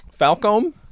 Falcom